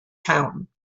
town